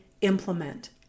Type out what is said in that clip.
implement